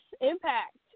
Impact